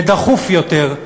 ודחוף יותר,